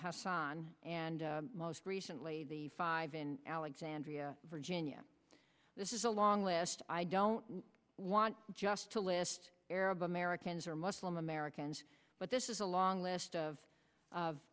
on and most recently the five in alexandria virginia this is a long list i don't want just to list arab americans or muslim americans but this is a long list of